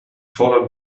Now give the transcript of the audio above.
fordern